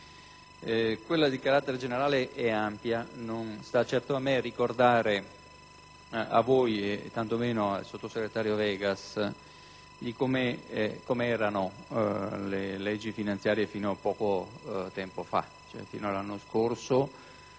Quella di carattere generale è ampia. Non sta certo a me ricordare a voi, e tanto meno al sottosegretario Vegas, come erano le leggi finanziarie fino a poco tempo fa, fino all'anno scorso: